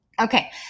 Okay